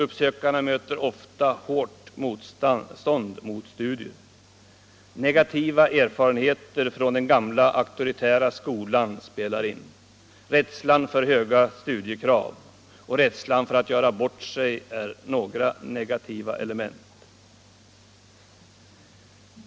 Uppsökarna möter ofta hårt motstånd mot studier. Negativa erfarenheter från den gamla auktoritära skolan spelar in. Rädslan för höga studiekrav och rädslan för att göra bort sig är några negativa element.